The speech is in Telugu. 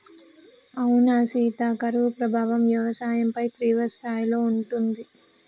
అవునా సీత కరువు ప్రభావం వ్యవసాయంపై తీవ్రస్థాయిలో ఉంటుంది